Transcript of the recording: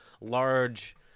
large